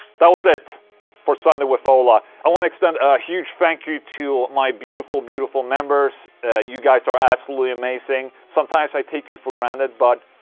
that was it for sunday with ola i wanna extend a huge thank you to my beautiful beautiful members you guys are absolutely amazing sometimes i take you for granted, but.